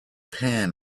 pan